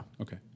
Okay